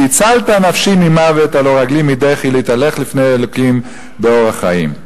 כי הצלת נפשי ממות הלא רגלי מדחי להתהלך לפני אלהים באור החיים."